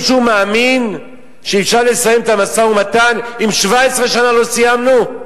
מישהו מאמין שאפשר לסיים את המשא-ומתן אם 17 שנה לא סיימנו?